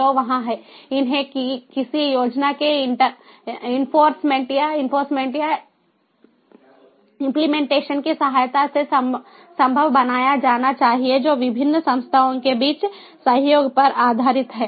तो वहाँ है इन्हें किसी योजना के इंफोर्समेंट या इंफोर्समेंट या इंप्लीमेंटेशन की सहायता से संभव बनाया जाना चाहिए जो विभिन्न संस्थाओं के बीच सहयोग पर आधारित है